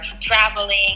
traveling